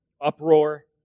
uproar